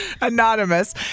Anonymous